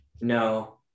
No